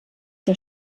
der